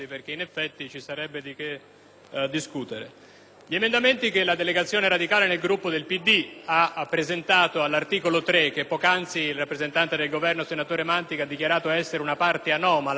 Gli emendamenti che la delegazione radicale nel Gruppo del PD ha presentato all'articolo 3 del disegno di legge, che poc'anzi il rappresentante del Governo senatore Mantica ha dichiarato essere una parte anomala rispetto alla ratifica di un trattato internazionale,